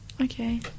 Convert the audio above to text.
Okay